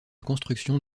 construction